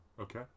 Okay